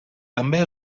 també